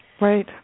Right